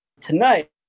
tonight